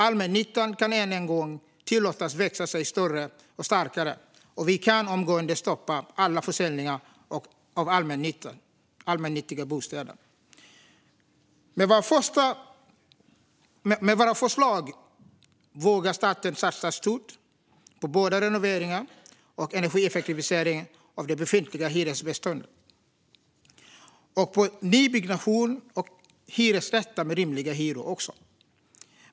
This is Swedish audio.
Allmännyttan kan än en gång växa sig större och starkare, och vi kan omgående stoppa alla försäljningar av allmännyttiga bostäder. Med våra förslag vågar staten satsa stort på både renovering och energieffektivisering av det befintliga hyresbostadsbeståndet och på nybyggnation av hyresrätter med rimliga hyror.